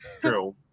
true